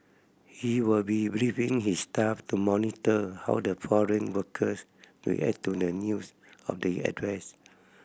he will be briefing his staff to monitor how the foreign workers react to the news of the